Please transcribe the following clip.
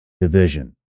division